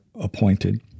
appointed